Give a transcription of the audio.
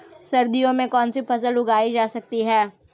सर्दियों में कौनसी फसलें उगाई जा सकती हैं?